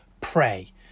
pray